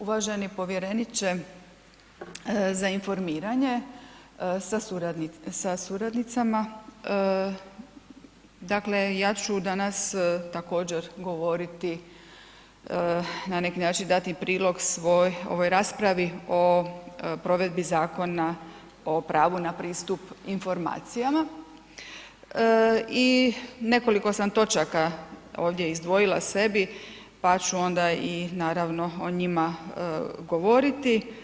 Uvaženi povjereniče za informiranje sa suradnicama, dakle ja ću danas također govoriti na neki način dat prilog svoj ovoj raspravi o provedbi Zakona o pravu na pristup informacijama i nekoliko sam točaka ovdje izdvojila sebi pa ću onda i naravno o njima govoriti.